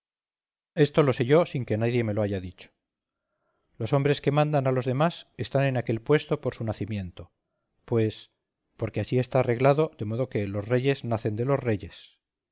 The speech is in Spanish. esto lo sé yo sin que nadie me lo haya dicho los hombres que mandan a los demás están en aquel puesto por su nacimiento pues porque así está arreglado de modo que los reyes nacen de los reyes